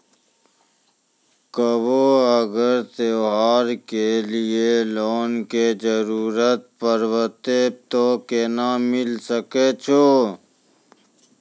कभो अगर त्योहार के लिए लोन के जरूरत परतै तऽ केना मिल सकै छै?